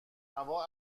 هوا